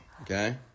okay